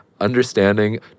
understanding